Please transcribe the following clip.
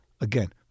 again